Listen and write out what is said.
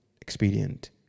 Expedient